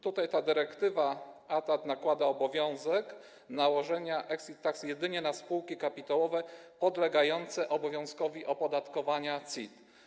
Tutaj ta dyrektywa ATAD nakłada obowiązek nałożenia exit tax jedynie na spółki kapitałowe podlegające obowiązkowi opodatkowania CIT.